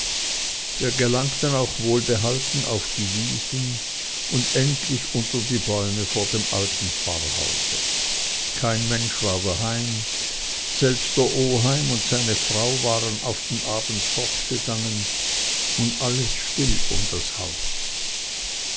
wir gelangten auch wohlbehalten auf die wiesen und endlich unter die bäume vor dem alten pfarrhause kein mensch war daheim selbst der oheim und seine frau waren auf den abend fortgegangen und alles still um das haus